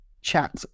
chat